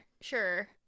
Sure